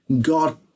God